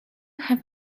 have